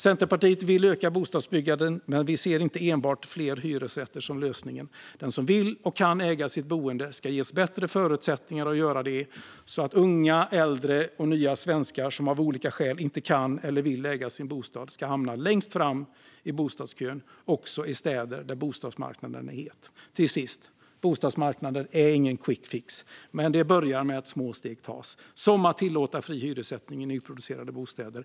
Centerpartiet vill öka bostadsbyggandet, men vi ser inte enbart fler hyresrätter som lösningen. Den som vill och kan äga sitt boende ska ges bättre förutsättningar att göra det, så att unga, äldre och nya svenskar som av olika skäl inte kan eller vill äga sin bostad ska hamna längst fram i bostadskön, också i städer där bostadsmarknaden är het. Bostadsmarknaden är ingen quickfix, men det börjar med att små steg tas, som att tillåta fri hyressättning i nyproducerade bostäder.